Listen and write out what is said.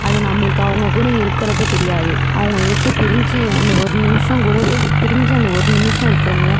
அது நம்மளுக்கு அவங்க கூட இருக்குறப்போ தெரியாது அவங்களை விட்டுப் பிரிஞ்சு அந்த ஒரு நிமிஷம் கூட பிரிஞ்சு அந்த ஒரு நிமிஷம் இருக்குறோம்ல